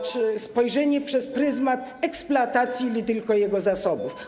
Chodzi o spojrzenie przez pryzmat eksploatacji li tylko jego zasobów.